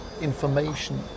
information